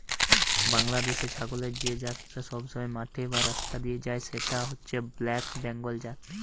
বাংলাদেশের ছাগলের যে জাতটা সবসময় মাঠে বা রাস্তা দিয়ে যায় সেটা হচ্ছে ব্ল্যাক বেঙ্গল জাত